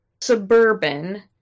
suburban